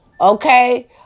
Okay